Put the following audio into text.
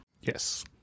Yes